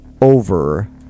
over